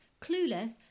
Clueless